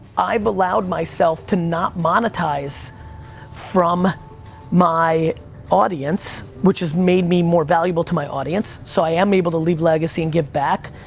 i've allowed myself to not monetize from my audience, which has made me more valuable to my audience, so i am able to leave legacy and give back.